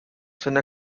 seiner